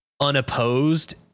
unopposed